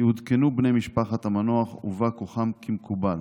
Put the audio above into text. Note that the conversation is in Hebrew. יעודכנו בני משפחת המנוח ובא כוחם, כמקובל.